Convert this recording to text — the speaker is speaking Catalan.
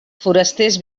forasters